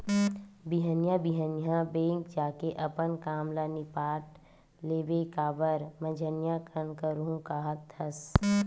बिहनिया बिहनिया बेंक जाके अपन काम ल निपाट लेबे काबर मंझनिया कन करहूँ काहत हस